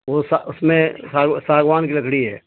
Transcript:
وہا اس میں سا ساگوان کی لکڑی ہے